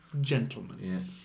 Gentlemen